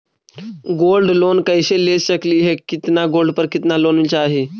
Gold loan कैसे ले सकली हे, कितना गोल्ड पर कितना लोन चाही?